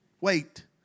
Wait